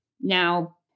Now